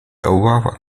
aurora